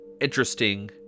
Interesting